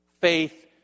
Faith